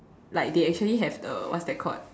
like they actually have the what's that called